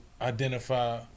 identify